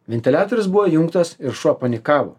ventiliatorius buvo įjungtas ir šuo panikavo